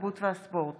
התרבות והספורט